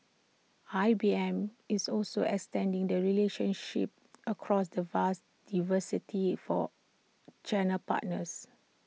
I B M is also extending the relationships across the vast diversity for channel partners